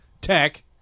Tech